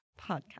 podcast